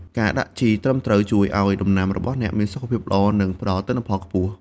ការដាក់ជីត្រឹមត្រូវជួយឲ្យដំណាំរបស់អ្នកមានសុខភាពល្អ និងផ្តល់ទិន្នផលខ្ពស់។